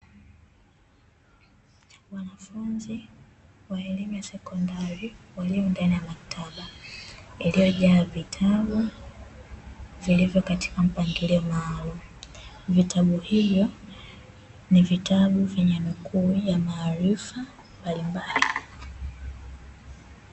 Wanafunzi wa elimu ya sekondari walio ndani ya maktaba iliyojaa vitabu vilivyo katika mpangilio maalumu. Vitabu hivyo, ni vitabu vyenye nukuu ya maarifa mbalimbali.